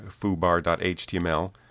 foobar.html